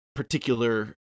Particular